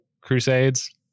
Crusades